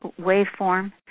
waveform